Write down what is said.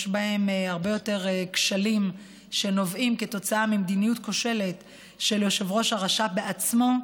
יש בהם הרבה יותר כשלים שנובעים ממדיניות כושלת של יושב-ראש הרש"פ עצמו,